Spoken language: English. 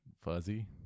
fuzzy